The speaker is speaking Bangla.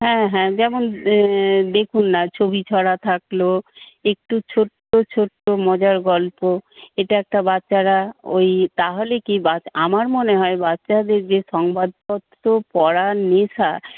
হ্যাঁ হ্যাঁ যেমন দেখুন না ছবিছড়া থাকল একটু ছোট্ট ছোট্ট মজার গল্প এটা একটা বাচ্চারা ওই তাহলে কী আমার মনে হয় বাচ্চাদের যে সংবাদপত্র পড়ার নেশা